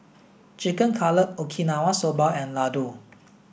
Chicken Cutlet Okinawa Soba and Ladoo